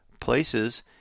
places